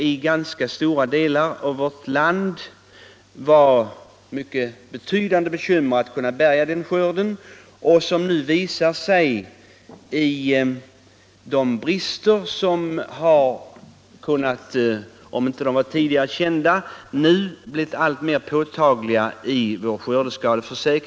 I ganska stora delar av vårt land hade man dock mycket betydande bekymmer med att bärga denna skörd, och skördeskadeförsäkringssystemet visade sig i samband därmed vara behäftat med påtagliga brister.